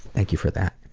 thank you for that.